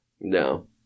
No